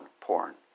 Porn